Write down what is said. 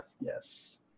Yes